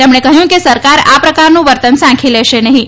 તેમણે કહ્યું કે સરકાર આ પ્રકારનું વર્તન સાંખી લેશે નહીં